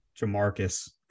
Jamarcus